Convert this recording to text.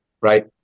right